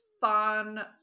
fun